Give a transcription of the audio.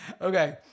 Okay